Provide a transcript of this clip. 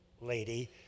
lady